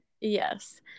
Yes